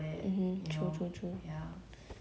I want to have pets but then